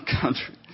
country